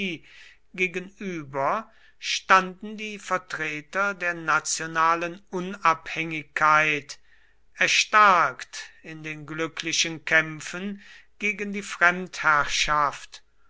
gegenüber standen die vertreter der nationalen unabhängigkeit erstarkt in den glücklichen kämpfen gegen die fremdherrschaft